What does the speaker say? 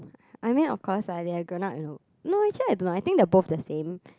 I mean of course ah they're grown up you know no actually I do not I think they're both the same